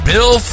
Bill